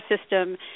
system